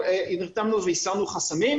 נרתמנו והסרנו חסמים,